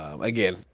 Again